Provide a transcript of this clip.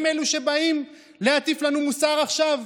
הם אלו שבאים להטיף לנו מוסר עכשיו?